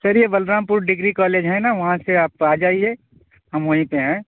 سر یہ Balrampur degree college ہے نا وہاں سے آپ آ جائیے ہم وہیں پہ ہیں